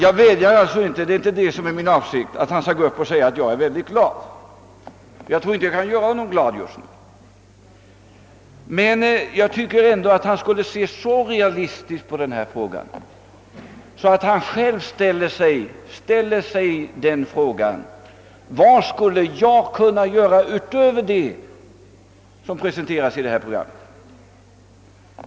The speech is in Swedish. Det är inte min avsikt att vädja till honom att gå upp och säga att han är glad, ty jag tror inte jag kan göra honom glad just nu, men han borde ändå kunna se så realistiskt på detta problem, att han ställer sig frågan vad han själv skulle kunna tänka sig utöver det som presenteras i programmet.